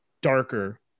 darker